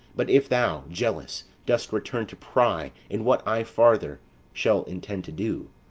but if thou, jealous, dost return to pry in what i farther shall intend to do,